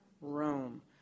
Rome